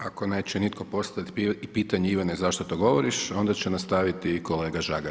Ako neće nitko postavit pitanje Ivane zašto to govoriš, onda će nastaviti kolega Žagar.